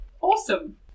Awesome